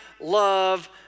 love